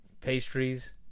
Pastries